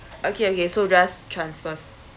okay okay so less transfers